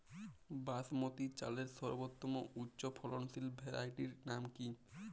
বাসমতী চালের সর্বোত্তম উচ্চ ফলনশীল ভ্যারাইটির নাম কি?